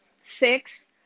six